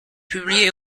publié